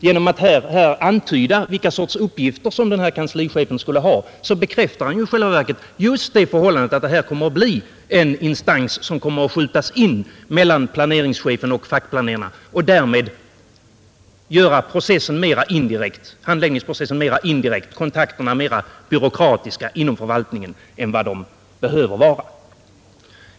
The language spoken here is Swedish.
Genom att här antyda vilken sorts uppgifter denna kanslichef skulle ha bekräftar han i själva verket just det förhållandet att detta kommer att bli en instans som kommer att skjutas in mellan planeringschefen och fackplanerarna och därmed göra handläggningsprocessen mera indirekt och kontakterna inom förvaltningen mera byråkratiska än vad de behöver vara.